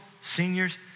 seniors